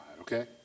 okay